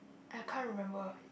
I can't remember